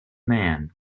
man